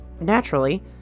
naturally